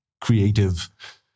creative